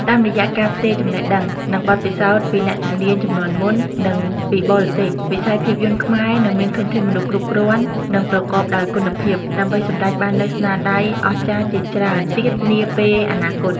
តាមរយៈការផ្ទេរចំណេះដឹង និងបទពិសោធន៍ពីអ្នកជំនាញជំនាន់មុន និងពីបរទេស វិស័យភាពយន្តខ្មែរនឹងមានធនធានមនុស្សគ្រប់គ្រាន់ និងប្រកបដោយគុណភាព ដើម្បីសម្រេចបាននូវស្នាដៃអស្ចារ្យជាច្រើនទៀតនាពេលអនាគត។